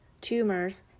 tumors